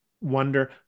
wonder